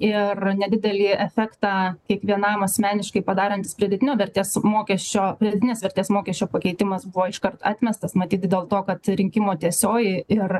ir nedidelį efektą kiekvienam asmeniškai padarantis pridėtinio vertės mokesčio pridėtinės vertės mokesčio pakeitimas buvo iškart atmestas matyt dėl to kad surinkimo tiesioji ir